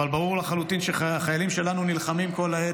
אבל ברור לחלוטין שחיילים שלנו נלחמים כל העת